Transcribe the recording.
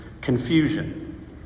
confusion